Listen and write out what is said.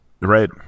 Right